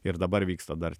ir dabar vyksta dar